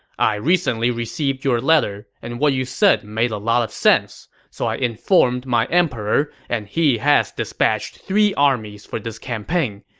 i recently received your letter, and what you said made a lot of sense. so i informed my emperor, and he has dispatched three armies for this campaign.